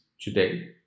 today